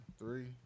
three